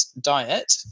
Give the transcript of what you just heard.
diet